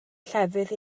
llefydd